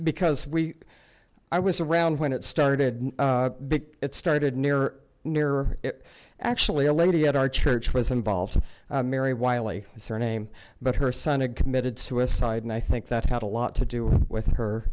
because we i was around when it started big it started nearer nearer it actually a lady at our church was involved mary wylie surname but her son had committed suicide and i think that had a lot to do with her